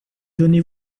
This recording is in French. donnez